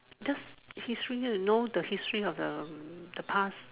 just history know the history of the past